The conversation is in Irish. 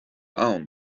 ann